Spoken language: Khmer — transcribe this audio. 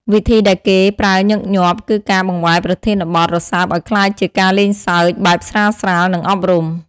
វិធីដែលគេប្រើញឹកញាប់គឺការបង្វែរប្រធានបទរសើបឲ្យក្លាយជាការលេងសើចបែបស្រាលៗ និងអប់រំ។